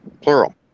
plural